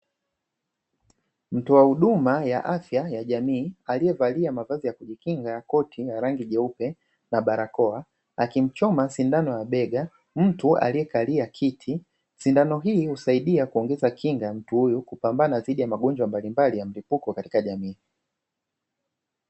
Mtoa huduma ya afya ya jamii aliyevalia mavazi ya kujikinga ya koti ya rangi jeupe na barakoa akimchoma sindano ya bega mtu aliyekalia kiti. Sindano hii husaidia kuongeza kinga mtu huyu kupambana dhidi ya magonjwa mbalimbali ya mlipuko katika jamii.